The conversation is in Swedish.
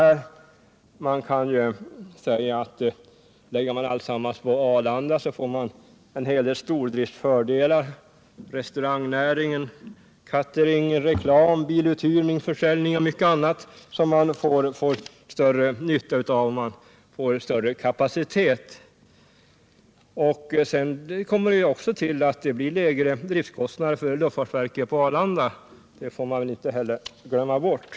Förlägger man all trafik till Arlanda får man genom en större kapacitet en hel del stordriftsfördelar för restaurangnäring, catering, reklam, biluthyrning, försäljning och mycket annat. Därtill kommer att det blir lägre driftkostnader för luftfartsverket på Arlanda — det bör man inte heller glömma bort.